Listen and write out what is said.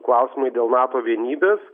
klausimai dėl nato vienybės